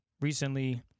recently